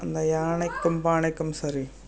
அந்த யானைக்கும் பானைக்கும் சரி